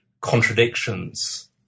contradictions